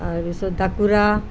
তাৰপিছত দাকুৰা